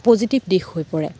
positive দিশ হৈ পৰে